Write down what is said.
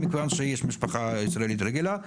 בגלל שיש משפחה ישראלית רגילה,